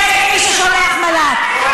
נגד מי ששולח מל"ט,